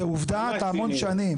כעובדה אתה המון שנים.